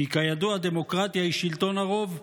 כי כידוע דמוקרטיה היא שלטון הרוב,